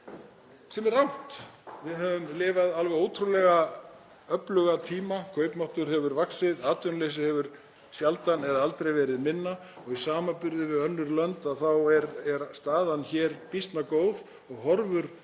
sem er rangt. Við höfum lifað alveg ótrúlega öfluga tíma; kaupmáttur hefur vaxið, atvinnuleysi hefur sjaldan eða aldrei verið minna og í samanburði við önnur lönd er staðan hér býsna góð og horfur mjög